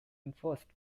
enforced